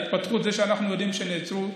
"התפתחות" זה שאנחנו יודעים שנעצרו,